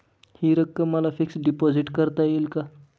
हि रक्कम मला फिक्स डिपॉझिट करता येईल का?